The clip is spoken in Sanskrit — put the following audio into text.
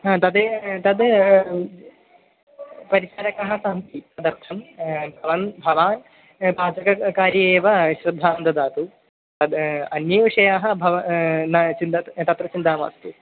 तदेव तत् परिचारकाः सन्ति तदर्थं भवान् भवान् पाचक कार्ये एव श्रद्धां ददातु तत् अन्ये विषयाः भव न चिन्ता तत्र चिन्ता मास्तु